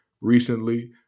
recently